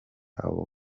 abo